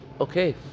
okay